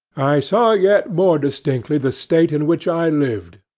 i saw yet more distinctly the state in which i lived.